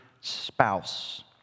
spouse